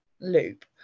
loop